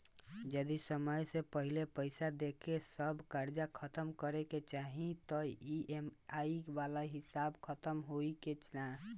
जदी समय से पहिले पईसा देके सब कर्जा खतम करे के चाही त ई.एम.आई वाला हिसाब खतम होइकी ना?